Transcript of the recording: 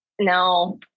no